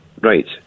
Right